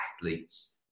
athletes